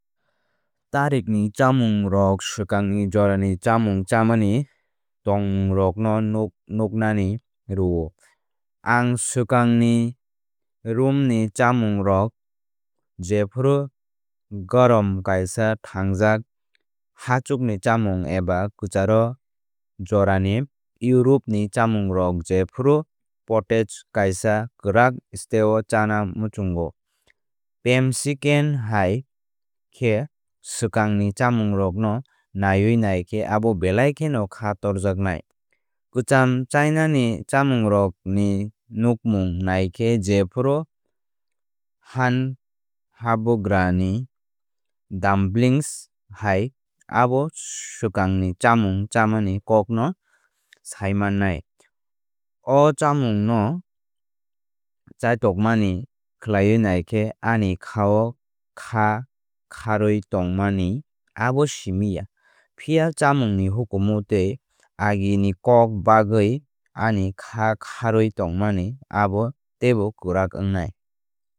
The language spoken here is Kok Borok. Tarikni chámungrok swkangni jorani chámung chámani tongmungrokno nuknani rwo. Ang swkangni rom ni chámungrok jephru garum kaisa thángjak hachwkni chámung eba kwcharo jorani Europeni chámungrok jephru pottage kaisa kwrak stew chána muchungo. Pemsican hai khe swkangni chamungrokno naiwi naikhe abo belai kheno khá torjaknai. Kwcham Chinani chamungrokni nukmung naikhe jephru Han Habugrani dumplings hai abo swkangni chamung chamani kokno saimannai. O chamungrokno chaithokmani khlaiwi naikhe ani kháo khá khárwi tongmani abo simi ya. Phiya chámungni hukumu tei aginikok bagwi ani khá khárwi tongmani abo teibo kwrak wngnai.